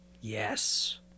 Yes